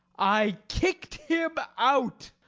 i kicked him out.